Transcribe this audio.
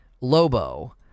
Lobo